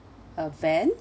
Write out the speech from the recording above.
a van